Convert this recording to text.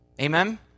Amen